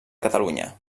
catalunya